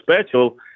special